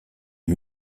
est